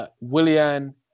Willian